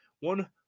one